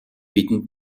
бидэнд